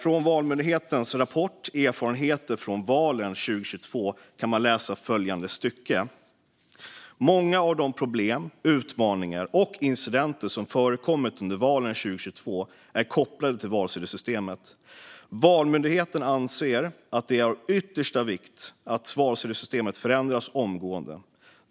I Valmyndighetens rapport Erfarenheter från valen 2022 kan man läsa följande stycke: "Många av de problem, utmaningar och incidenter som förekommit under valen 2022 är kopplade till valsedelssystemet. Valmyndigheten anser att det är av yttersta vikt att valsedelssystemet förändras omgående.